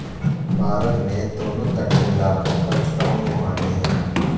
भारत में दोनों तट मिला कर पचपन मुहाने हैं